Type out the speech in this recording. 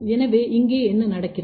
எனவே இங்கே என்ன நடக்கிறது